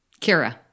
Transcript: Kira